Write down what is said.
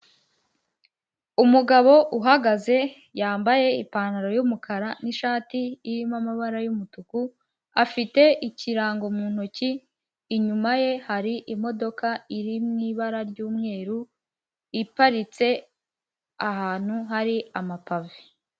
Umugabo uhagaze yambaye ipantaro y'umukara n'ishati irimo amabara y'umutuku, afite ikirango mu ntoki, inyuma ye hari imodoka iri mu ibara ry'umweru iparitse ahantu hari amapave.